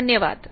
धन्यवाद